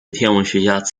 天文学家